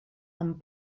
amb